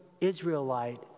Israelite